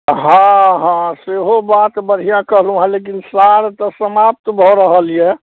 हाँ हाँ सेहो बात बढ़िआँ कहलहुँ हँ लेकिन साल तऽ समाप्त भऽ रहलैये